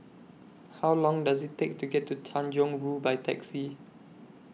How Long Does IT Take to get to Tanjong Rhu By Taxi